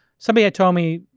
somebody told me,